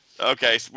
Okay